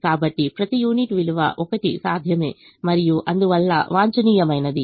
కాబట్టి ప్రతి యూనిట్ విలువ 1 సాధ్యమే మరియు అందువల్ల వాంఛనీయమైనది